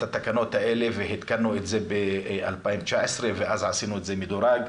התקנות האלה והתקנו את זה ב-2019 ואז עשינו את זה מדורג,